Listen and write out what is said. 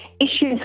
issues